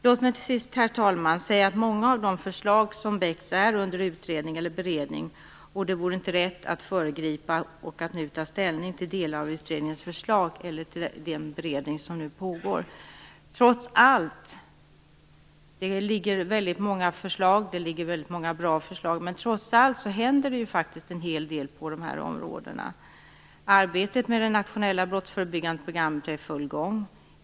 Låt mig till sist, herr talman, säga att många av de förslag som väckts är under utredning eller beredning och att det inte vore rätt att föregripa och nu ta ställning till delar av utredningarnas förslag eller medan beredning nu pågår. Det föreligger väldigt många bra förslag, men trots allt händer det faktiskt en hel del på de här områdena. Arbetet med det nationella brottsförebyggande programmet är i full gång.